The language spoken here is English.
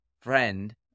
friend